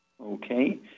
Okay